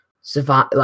survive